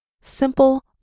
Simple